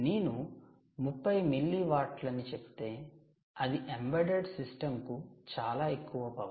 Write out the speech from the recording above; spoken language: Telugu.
నేను 30 మిల్లీవాట్లని చెబితే అది ఎంబెడెడ్ సిస్టమ్ కు చాలా ఎక్కువ పవర్